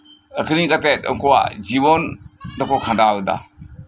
ᱟᱠᱷᱨᱤᱧ ᱠᱟᱛᱮᱫ ᱩᱱᱠᱩᱣᱟᱜ ᱡᱤᱵᱚᱱ ᱫᱚᱠᱚ ᱠᱷᱟᱸᱰᱟᱣ ᱮᱫᱟ